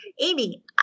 Amy